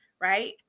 Right